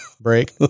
break